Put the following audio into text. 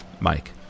Mike